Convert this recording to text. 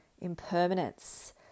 Impermanence